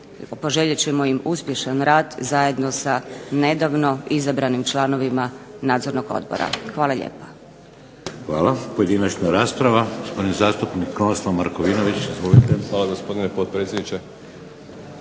poželjet ćemo im uspješan rad zajedno sa nedavno izabranim članovima Nadzornog odbora. Hvala lijepa. **Šeks, Vladimir (HDZ)** Hvala. Pojedinačna rasprava, gospodin zastupnik Krunoslav Markovinović. Izvolite. **Markovinović,